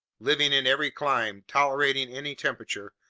living in every clime, tolerating any temperature,